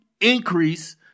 increase